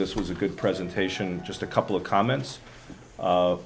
this was a good presentation just a couple of comments